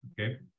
okay